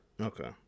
Okay